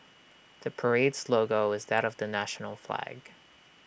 the parade's logo is that of the national flag